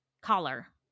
collar